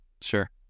Sure